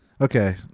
okay